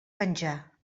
penjar